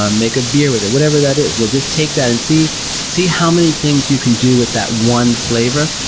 um make a beer with it, whatever that is. yeah just take that and see see how many things you can do with that one flavor,